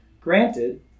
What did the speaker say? Granted